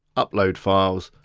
upload files,